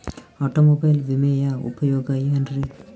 Automobile ವಿಮೆಯ ಉಪಯೋಗ ಏನ್ರೀ?